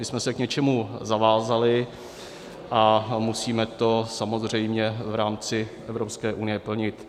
My jsme se k něčemu zavázali a musíme to samozřejmě v rámci Evropské unie plnit.